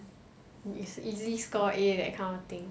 it's easy score A that kind of thing